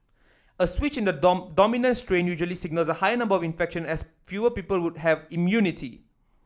a switch in the dominant strain usually signals a higher number of infections as fewer people would have immunity